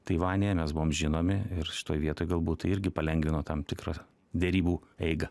taivanyje mes buvom žinomi ir šitoj vietoj galbūt tai irgi palengvino tam tikrą derybų eigą